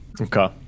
Okay